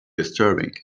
disturbing